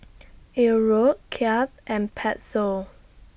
Euro Kyat and Peso